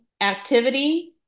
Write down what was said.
activity